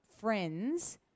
friends